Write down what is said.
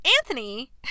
Anthony